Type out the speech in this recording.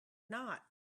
not